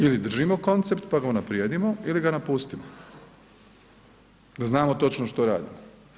Ili držimo koncept pa ga unaprijedimo ili ga napustimo, da znamo točno što radimo.